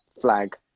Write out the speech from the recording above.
flag